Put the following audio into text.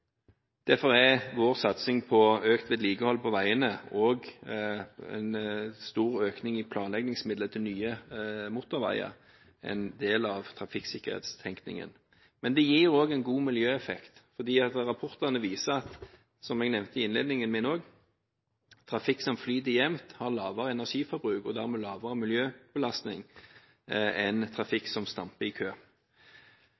Derfor er vår satsing på økt vedlikehold på veiene og en stor økning i planleggingsmidler til nye motorveier en del av trafikksikkerhetstenkningen. Men det gir også en god miljøeffekt, for rapportene viser, som jeg nevnte i innledningen min også, at trafikk som flyter jevnt, har lavere energiforbruk og dermed lavere miljøbelastning enn